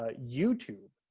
ah youtube,